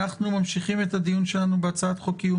אנחנו ממשיכים את הדיון שלנו בהצעת חוק קיום